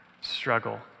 struggle